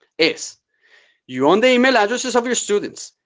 is you own the email addresses of your students.